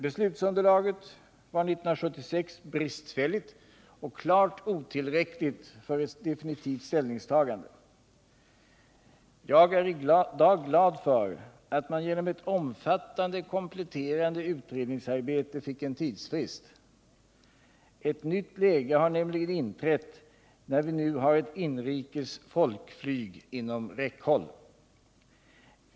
Beslutsunderlaget var 1976 bristfälligt och klart otillräckligt för ett definitivt ställningstagande. Jag är i dag glad för att man genom ett omfattande kompletterande utredningsarbete fick en tidsfrist. Ett nytt läge har nämligen inträtt, när vi nu har ett inrikes folkflyg inom räckhåll.